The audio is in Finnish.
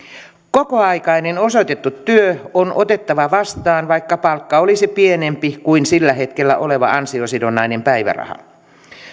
kokoaikainen osoitettu työ on otettava vastaan vaikka palkka olisi pienempi kuin sillä hetkellä oleva ansiosidonnainen päiväraha